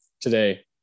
today